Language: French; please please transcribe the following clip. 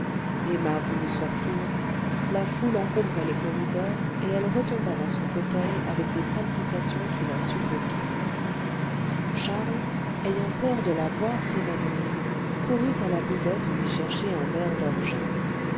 emma voulut sortir la foule encombrait les corridors et elle retomba dans son fauteuil avec des palpitations qui la suffoquaient charles ayant peur de la voir s'évanouir courut à la buvette lui chercher un verre d'orgeat